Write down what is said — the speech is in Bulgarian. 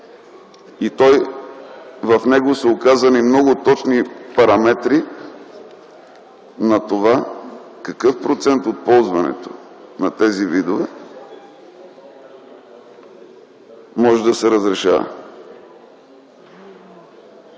съюз. В него са указани много точни параметри какъв процент от ползването на тези видове може да се разрешава.